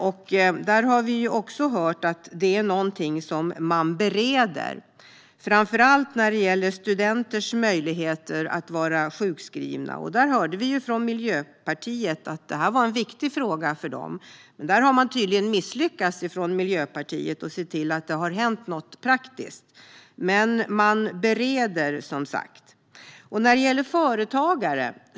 Även de områdena har vi fått höra att man bereder, framför allt när det gäller studenters möjligheter att vara sjukskrivna. Vi hörde från Miljöpartiet att det var en viktig fråga för dem. Men Miljöpartiet har tydligen misslyckats med att se till att det har hänt något praktiskt. Man bereder det, som sagt.